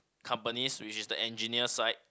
companies which is the engineer side